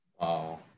Wow